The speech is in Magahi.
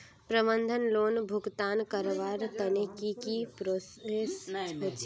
प्रबंधन लोन भुगतान करवार तने की की प्रोसेस होचे?